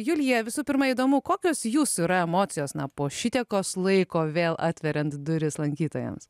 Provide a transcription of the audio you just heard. julija visų pirma įdomu kokios jūsų yra emocijos na po šitiekos laiko vėl atveriant duris lankytojams